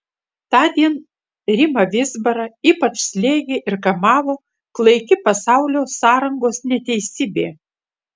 tądien rimą vizbarą ypač slėgė ir kamavo klaiki pasaulio sąrangos neteisybė